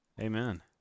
Amen